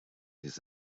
his